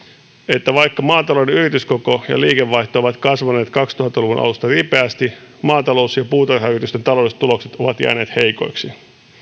että vaikka maatalouden yrityskoko ja liikevaihto ovat kasvaneet kaksituhatta luvun alusta ripeästi maatalous ja puutarhayritysten taloudelliset tulokset ovat jääneet heikoiksi